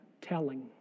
telling